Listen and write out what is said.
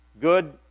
Good